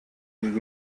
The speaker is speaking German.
und